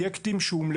אני מפעיל